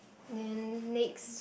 then next